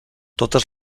totes